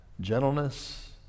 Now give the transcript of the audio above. gentleness